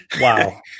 wow